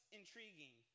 intriguing